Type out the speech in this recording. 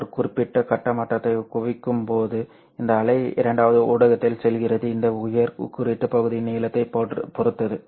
ஒரு குறிப்பிட்ட கட்ட மாற்றத்தை குவிக்கும் போது இந்த அலை இரண்டாவது ஊடகத்தில் செல்கிறது இந்த உயர் குறியீட்டு பகுதியின் நீளத்தைப் பொறுத்தது